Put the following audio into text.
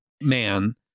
man